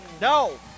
No